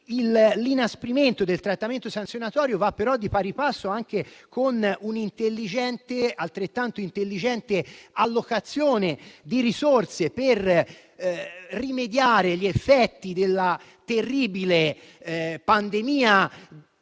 L'inasprimento del trattamento sanzionatorio va di pari passo con una altrettanto intelligente allocazione di risorse per rimediare agli effetti della terribile pandemia